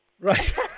Right